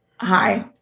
hi